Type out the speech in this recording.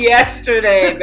Yesterday